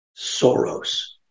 Soros